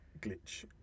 glitch